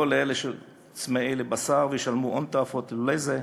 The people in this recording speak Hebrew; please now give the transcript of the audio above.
לא לאלה שצמאים לבשר וישלמו הון תועפות לולא זה,